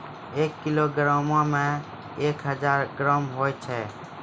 एक किलोग्रामो मे एक हजार ग्राम होय छै